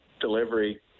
delivery